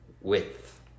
width